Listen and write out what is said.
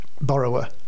borrower